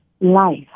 life